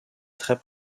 très